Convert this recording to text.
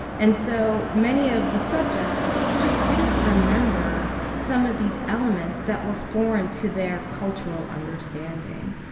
and so many of the subjects just didn't remember some of these elements that were foreign to their cultural understanding.